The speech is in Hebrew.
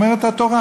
אומרת התורה,